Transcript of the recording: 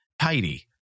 tidy